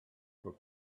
for